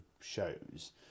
shows